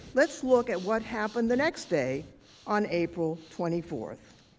let's look at what happened the next day on april twenty four.